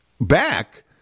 back